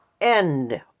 end